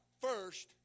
first